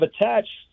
attached